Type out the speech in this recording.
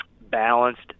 balanced